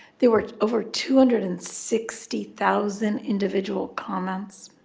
there were over two hundred and sixty thousand individual comments,